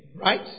right